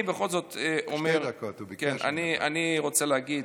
תראה, בכל זאת אני רוצה להגיד